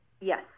Yes